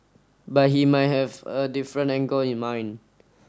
but he might have a different angle in mind